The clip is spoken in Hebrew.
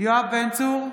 יואב בן צור,